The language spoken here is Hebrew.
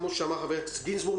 כפי שאמר חבר הכנסת גינזבורג,